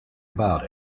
about